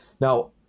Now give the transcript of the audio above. Now